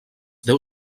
deu